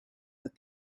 that